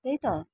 त्यही त